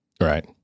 right